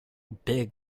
big